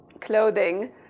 clothing